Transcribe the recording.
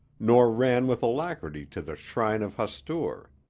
nor ran with alacrity to the shrine of hastur.